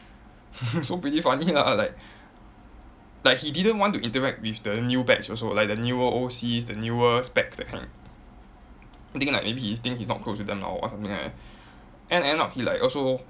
so pretty funny lah like like he didn't want to interact with the new batch also like the newer O_Cs the newer specs that kind I think like maybe he thinks he's not close with them or along something like that end end up he like also